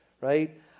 right